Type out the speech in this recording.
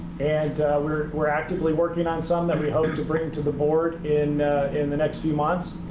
and we're we're actively working on some that we hope to bring to the board in in the next few months.